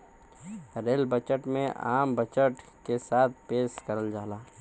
rail budget में आम budget के साथ पेश करल जाला